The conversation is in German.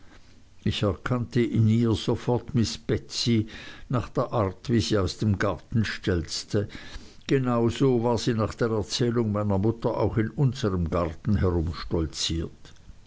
ich erkannte in ihr sofort miß betsey nach der art wie sie aus dem haus stelzte genau so war sie nach der erzählung meiner mutter auch in unserm garten